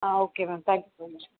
ah okay ma'am thank you very so much ma'am